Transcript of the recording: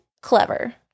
clever